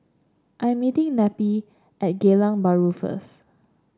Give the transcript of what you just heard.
I am meeting Neppie at Geylang Bahru first